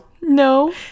No